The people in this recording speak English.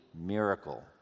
miracle